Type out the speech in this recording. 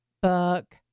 book